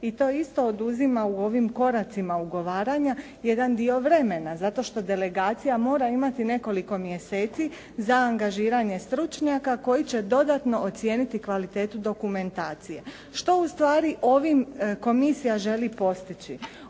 i to isto oduzima u ovim koracima ugovaranja jedan dio vremena zato što delegacija mora imati nekoliko mjeseci za angažiranje stručnjaka koji će dodatno ocijeniti kvalitetu dokumentacije. Što ustvari ovim Komisija želi postići?